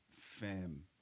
fam